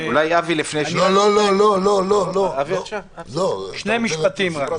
רק שני משפטים.